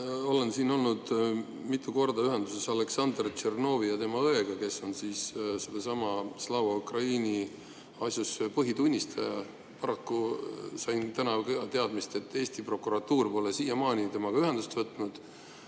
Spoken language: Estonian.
Olen olnud mitu korda ühenduses Oleksandr Tšernovi ja tema õega, kes on sellesama Slava Ukraini asjus põhitunnistaja. Paraku sain täna teada, et Eesti prokuratuur pole siiamaani temaga ühendust võtnud.